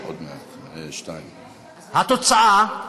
התוצאה,